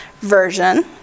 version